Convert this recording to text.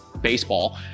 baseball